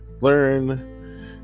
learn